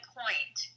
point